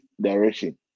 direction